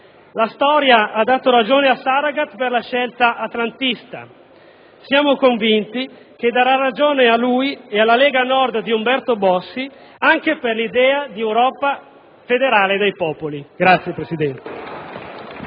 La storia ha dato ragione a Saragat sulla scelta atlantista. Siamo convinti che darà ragione a lui e alla Lega Nord di Umberto Bossi anche per l'idea di Europa federale dei popoli. *(Applausi